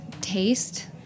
taste